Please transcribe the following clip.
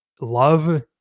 love